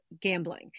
gambling